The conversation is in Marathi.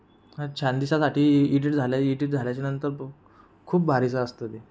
छान दिसायसाठी एडिट झालं एडिट झाल्याच्यानंतर खूप भारीचं असतं ते